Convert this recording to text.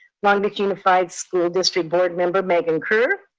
long beach unified school district board member, megan kerr,